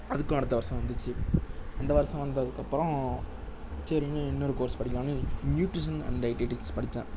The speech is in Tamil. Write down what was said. அதுக்கும் அடுத்த வர்ஷம் வந்துச்சு இந்த வர்ஷம் வந்ததுக்கப்பறம் சரினு இன்னொரு கோர்ஸ் படிக்கலாம்னு நியூட்ரிஷியன் அண்ட் டைட்டிக்ஸ் படித்தேன்